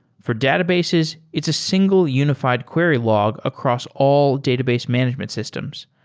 for databases, it's a single unified query log across all database management systems.